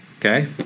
Okay